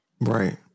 Right